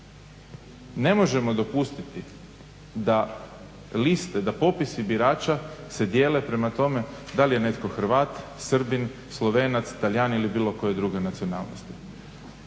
Ne možemo dopustiti da popisi birača se dijele prema tome da li je netko Hrvat, Srbin, Slovenac, Talijan ili bilo koje druge nacionalnosti.